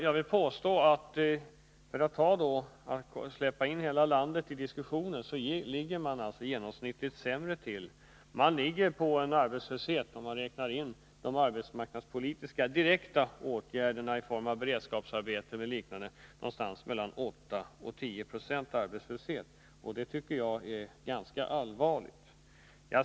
Jag vill påstå, för att släppa in hela landet i diskussionen, att man på Gotland ligger sämre till än i landet i genomsnitt. Man ligger på en arbetslöshet, om vi räknar in de direkta arbetsmarknadspolitiska åtgärderna i form av beredskapsarbete och liknande, på någonstans mellan 8 och 10 96. Det är, tycker jag, ganska allvarligt.